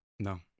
No